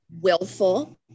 willful